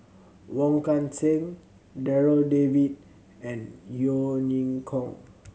Wong Kan Seng Darryl David and Yeo Ning Hong